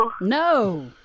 No